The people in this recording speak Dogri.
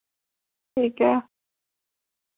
ठीक ऐ